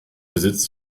besitz